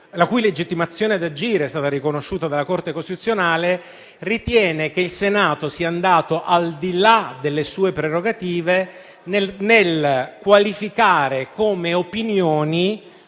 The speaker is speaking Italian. la cui legittimazione ad agire è stata riconosciuta dalla Corte costituzionale, ritiene che il Senato sia andato al di là delle sue prerogative nel qualificare come opinioni